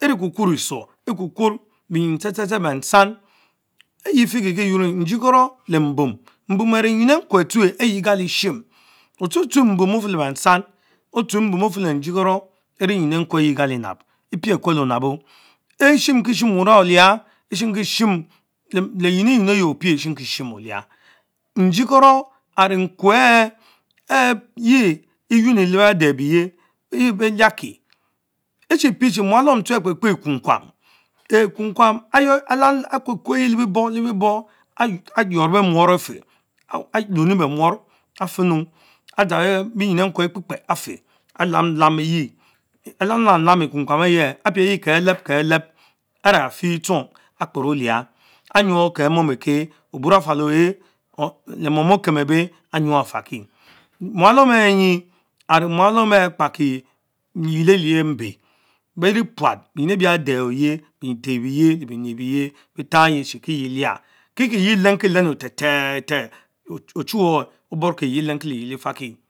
eviekukurrh eshuom, ekukurh benym tsch tsch tsch bansan, et Lenti efikie kiequor enys, njikoro lee mlbum, mbum ame yen newe touch eyie kahe ofchuechuch moum ofen lee bansan, otuch moun ofen bee njiekoro evienyin nawe ayie kalie nab, epiek kue le onabo, eshinkishim wurang oliah, eshimkishin Lenyine nymu elie opier eshimikishin Oliah., njiekoro areh nkweh ehh eynenie le beh adeh abieyie, yes beh liaki, echie preh cie mualom Akpe-Kpen ekukwama re-bie borh lebiebork ayyounh bemuor afeh, aquem bemour afch enn adiza brenin ekawe biekpekpen afer alamlam eye, alamlam ekukwon eh ehhjen apich the kelet-Keleb aren aficer etchong akperr dish, anyuor kee mom ekeh oborr afal yohe or le mom okem eben amynor afarrki, mualom enh tie ane mualom els akpakie liyiel eliern mbe beli nie puat benyin ebie adeh ayie le biench ebieye be tarrh yieh chi kie liah kikie yeh elenkilenmu ther tharellh ter ochureh oborki elenki Liyier efarki.